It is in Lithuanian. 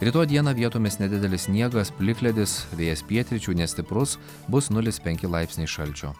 rytoj dieną vietomis nedidelis sniegas plikledis vėjas pietryčių nestiprus bus nulis penki laipsniai šalčio